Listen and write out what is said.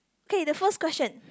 okay the first question